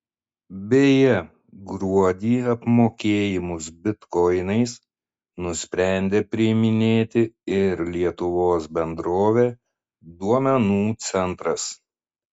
beje gruodį apmokėjimus bitkoinais nusprendė priiminėti ir lietuvos bendrovė duomenų centras